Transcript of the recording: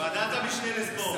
ועדת המשנה לספורט.